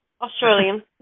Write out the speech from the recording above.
Australian